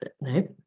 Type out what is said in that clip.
No